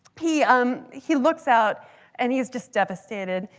he um he looks out and he's just devastated.